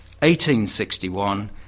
1861